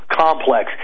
complex